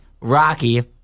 rocky